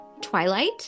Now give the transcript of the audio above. twilight